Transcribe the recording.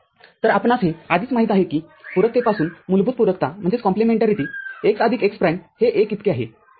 तरआपणास हे आधीच माहित आहे की पूरकतेपासून मूलभूत पूरकता x आदिक x प्राईम हे १ इतके आहे